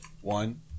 One